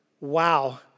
wow